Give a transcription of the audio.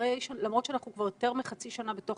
שלמרות שאנחנו כבר יותר מחצי שנה בתוך